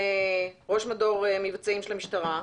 לראש מדור מבצעים של המשטרה.